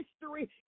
history